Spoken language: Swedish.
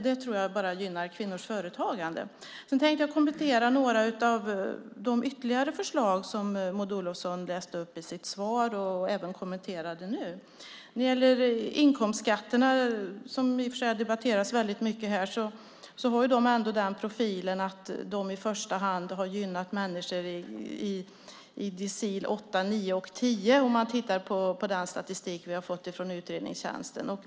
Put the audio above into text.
Det tror jag gynnar kvinnors företagande. Jag ska kommentera några av de andra förslag som Maud Olofsson läste upp i sitt svar och även kommenterade nu. Inkomstskatterna har debatterats mycket här. De har ju den profilen att de i första hand har gynnat människor i decil 8, 9 och 10 enligt den statistik vi har fått från utredningstjänsten.